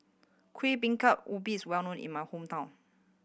Kuih Bingka Ubi is well known in my hometown